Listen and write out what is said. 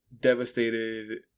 devastated